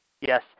Yes